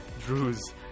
Drew's